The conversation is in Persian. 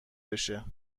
بشه